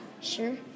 Sure